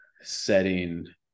setting